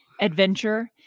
adventure